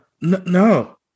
No